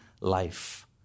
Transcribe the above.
life